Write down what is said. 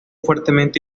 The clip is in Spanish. fuertemente